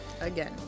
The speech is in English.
Again